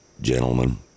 gentlemen